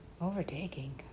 Overtaking